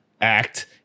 act